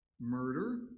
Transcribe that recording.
murder